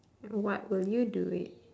what will you do it